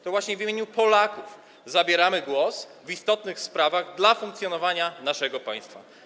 To właśnie w imieniu Polaków zabieramy głos w istotnych sprawach dla funkcjonowania naszego państwa.